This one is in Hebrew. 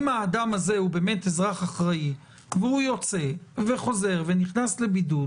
אם האדם הזה הוא באמת אזרח אחראי והוא יוצא וחוזר ונכנס לבידוד